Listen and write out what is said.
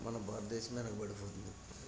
మన భారతదేశం వెనకబడిపోతోంది